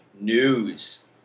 news